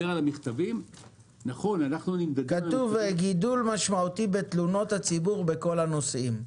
כתוב שיש גידול משמעותי בתלונות הציבור בכל הנושאים.